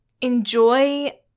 enjoy